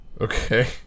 Okay